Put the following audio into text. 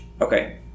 Okay